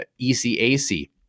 ECAC